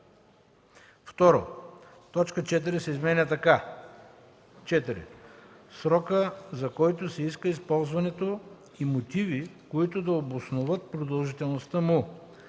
2. Точка 4 се изменя така: „4. срока, за който се иска ползването и мотиви, които да обосновават продължителността му;”.